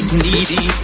needy